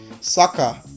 Saka